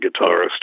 guitarist